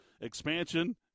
expansion